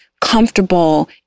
comfortable